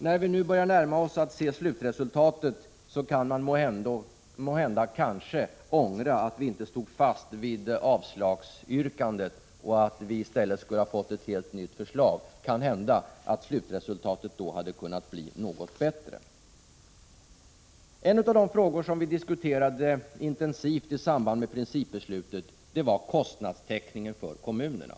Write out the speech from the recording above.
När man nu börjar kunna se slutresultatet kan vi måhända ångra att vi inte stod fast vid vårt yrkande om avslag. Vi skulle i så fall i stället ha fått ett helt nytt förslag. Kanske hade slutresultatet då kunnat bli något bättre. En av de frågor som vi debatterade intensivt i samband med principbeslutet var kostnadstäckningen för kommunerna.